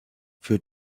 für